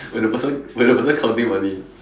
when the person when the person counting money